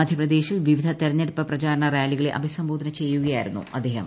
മധ്യപ്രദേശിൽ വിവിധ തെരഞ്ഞെടുപ്പ് പ്രചാരണ റാലികളെ അഭിസംബോധന ചെയ്യുകയായിരുന്നു അദ്ദേഹം